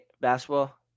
Basketball